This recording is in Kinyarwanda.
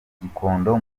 gikondo